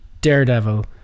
Daredevil